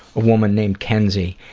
a woman named kenzie,